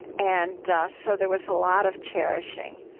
and ah so there was a lot of cherishing